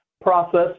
process